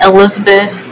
Elizabeth